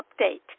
update